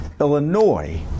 Illinois